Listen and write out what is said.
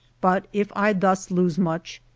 but if i thus lose much,